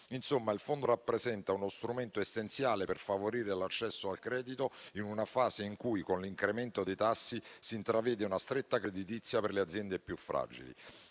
Insomma, il Fondo rappresenta uno strumento essenziale per favorire l'accesso al credito in una fase in cui, con l'incremento dei tassi, si intravede una stretta creditizia per le aziende più fragili.